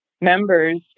members